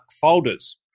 folders